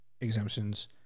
exemptions